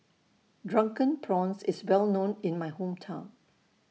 Drunken Prawns IS Well known in My Hometown